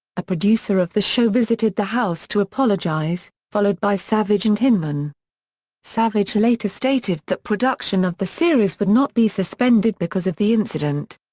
a producer of the show visited the house to apologize, followed by savage and hyneman savage later stated that production of the series would not be suspended because of the incident.